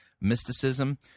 mysticism